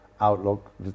outlook